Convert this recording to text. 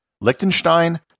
Liechtenstein